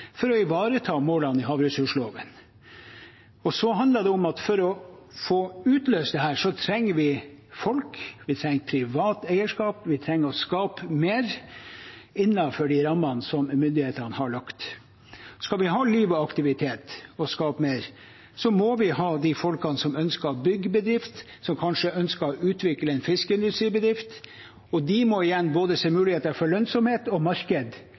for å ivareta målene i havressursloven. Så handler det om at for å få utløst dette trenger vi folk, vi trenger privat eierskap, vi trenger å skape mer innenfor de rammene som myndighetene har lagt. Skal vi ha liv og aktivitet og skape mer, må vi ha de folkene som ønsker å bygge bedrift, som kanskje ønsker å utvikle en fiskeindustribedrift, og de må igjen se muligheter for både lønnsomhet og marked